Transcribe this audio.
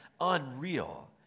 Unreal